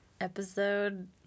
episode